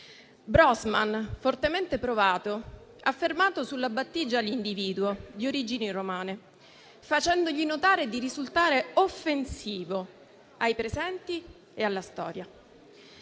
Brossman, fortemente provato, ha fermato sulla battigia l'individuo di origini romane, facendogli notare di risultare offensivo ai presenti e alla storia;